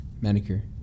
Manicure